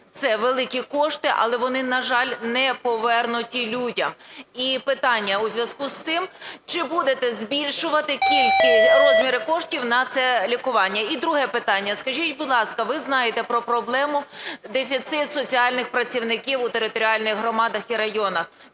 Це великі кошти, але вони, на жаль, не повернуті людям. І питання у зв'язку з цим. Чи будете збільшувати кількість, розмір коштів на це лікування? І друге питання. Скажіть, будь ласка, ви знаєте про проблему дефіциту соціальних працівників у територіальних громадах і районах.